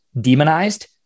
demonized